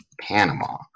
Panama